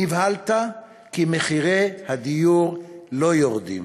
נבהלת כי מחירי הדיור לא יורדים,